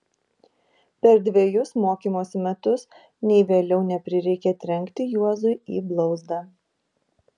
per dvejus mokymosi metus nei vėliau neprireikė trenkti juozui į blauzdą